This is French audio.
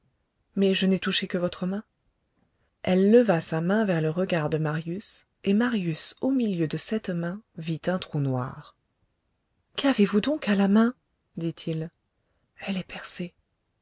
mais je n'ai touché que votre main elle leva sa main vers le regard de marius et marius au milieu de cette main vit un trou noir qu'avez-vous donc à la main dit-il elle est percée